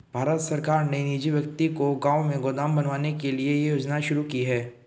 भारत सरकार ने निजी व्यक्ति को गांव में गोदाम बनवाने के लिए यह योजना शुरू की है